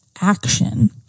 action